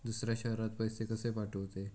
दुसऱ्या शहरात पैसे कसे पाठवूचे?